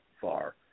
far